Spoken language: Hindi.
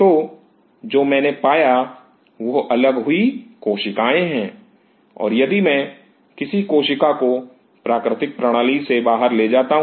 तो जो मैंने पाया वह अलग हुई कोशिकाएं हैं और यदि मैं किसी कोशिका को प्राकृतिक प्रणाली से बाहर ले जाता हूं